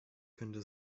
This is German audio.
könnte